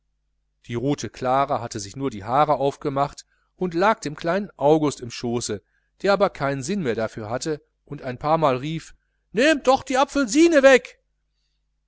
die rote clara hatte sich nur die haare aufgemacht und lag dem kleinen august im schoße der aber keinen sinn mehr dafür hatte und ein paar mal rief nehmt doch die apfelsine weg